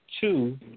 two